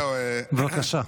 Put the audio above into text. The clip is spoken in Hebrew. בבקשה.